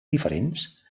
diferents